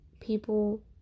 people